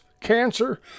cancer